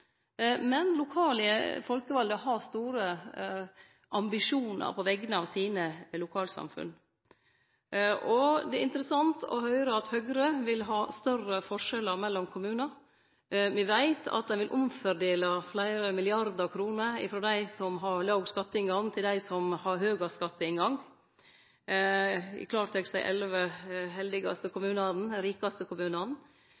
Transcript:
men lokale folkevalde har store ambisjonar på vegner av lokalsamfunna sine. Det er interessant å høyre at Høgre vil ha større forskjellar mellom kommunar. Me veit at dei vil omfordele fleire milliardar kroner frå dei som har låg skatteinngang, til dei som har høgare skatteinngang – i klartekst dei elleve heldigaste